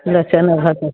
ಎಲ್ಲ ಚೆನ್ನಾಗಿ ಹಾಕಿ